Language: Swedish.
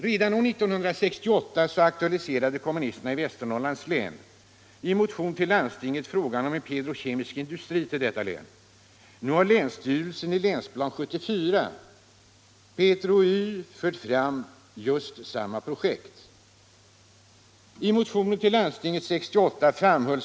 Redan år 1968 aktualiserade kommunisterna i Västernorrlands län i motion till landstinget frågan om en petrokemisk industri till detta län. Nu har länsstyrelsen i Länsplan 74 fört fram just samma projekt — benämnt Petro-Y.